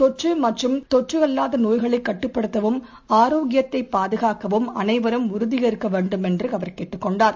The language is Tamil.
தொற்றுமற்றும் தொற்றுஅல்லாதநோய்களைக் கட்டுப்படுத்தவும் ஆரோக்கியத்தைப் பாதுகாக்கவும் அனைவரும் உறுதியேற்கவேண்டும் என்றுஅவர் தெரிவித்தார்